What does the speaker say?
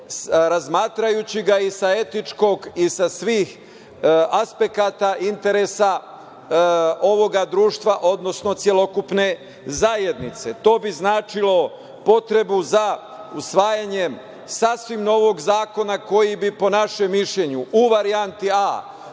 razmatrajući ga i sa etičkog i sa svih aspekata, interesa ovoga društva odnosno celokupne zajednice. To bi značilo potrebu za usvajanjem sasvim novog zakona koji bi, po našem mišljenju, u varijanti